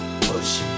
push